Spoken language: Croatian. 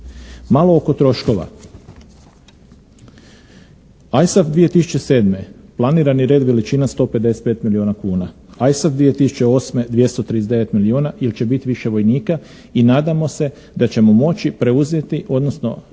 Malo oko troškova. ISAF 2007. planirani red veličina 155 milijuna kuna, ISAF 2008. 239 milijuna ili će biti više vojnika i nadamo se da ćemo moći preuzeti, odnosno